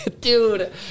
Dude